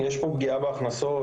יש פה פגיעה בהכנסות,